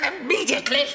immediately